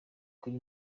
kuri